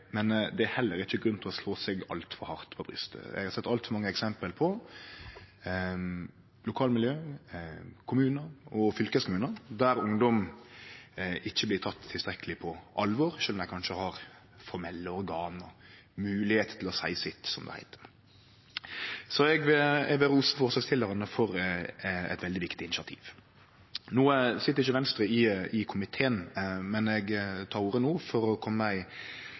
men det er heller ikkje grunn til å slå seg altfor hardt på brystet. Eg har sett altfor mange eksempel på lokalmiljø, kommunar og fylkeskommunar der ungdom ikkje blir tekne tilstrekkeleg på alvor, sjølv om dei kanskje har formelle organ og moglegheit til å seie sitt, som det heiter. Så eg vil rose forslagsstillarane for eit veldig viktig initiativ. No sit ikkje Venstre i komiteen, men eg tek ordet for å kome med